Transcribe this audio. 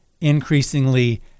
increasingly